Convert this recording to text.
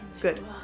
Good